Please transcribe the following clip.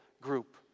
group